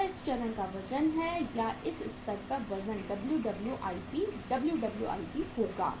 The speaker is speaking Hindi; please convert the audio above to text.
यह इस चरण का वजन है या इस स्तर पर वजन WWIP WWIP होगा